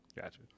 Gotcha